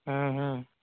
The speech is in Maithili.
ह्म्म ह्म्म